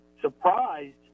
surprised